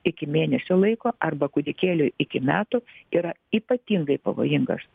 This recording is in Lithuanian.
iki mėnesio laiko arba kūdikėliui iki metų yra ypatingai pavojingas